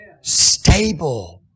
stable